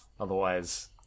Otherwise